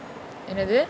என்னது:ennathu